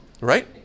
Right